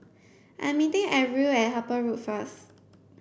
I am meeting Arvil at Harper Road first